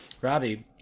Robbie